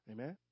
Amen